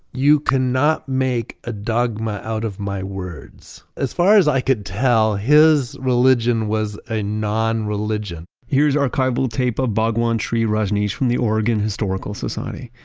you cannot make a dogma out of my words. as far as i could tell his religion was a non-religion here's archival tape of bhagwan shree rajneesh from the oregon historical society.